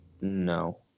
No